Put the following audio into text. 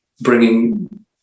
bringing